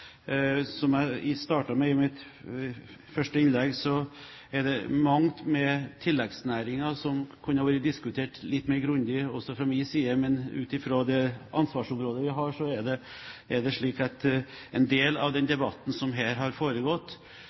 Som jeg startet med å si i mitt første innlegg, er det mangt med tilleggsnæringer som kunne vært diskutert litt mer grundig, også fra min side. Men ut fra det ansvarsområdet vi har, er det slik at en del av den debatten som her har foregått,